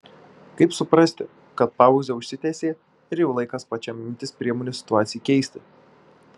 kaip suprasti kad pauzė užsitęsė ir jau laikas pačiam imtis priemonių situacijai keisti